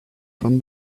from